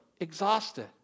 exhausted